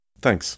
Thanks